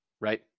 right